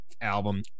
album